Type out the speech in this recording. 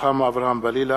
רוחמה אברהם-בלילא,